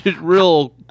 real